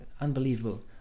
Unbelievable